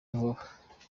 vuba